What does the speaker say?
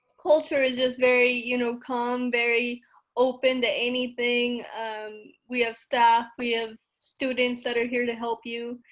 culture and is very, you know, calm very open to anything um we have staff. we have students that are here to help you.